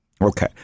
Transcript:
Okay